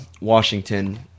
Washington